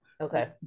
Okay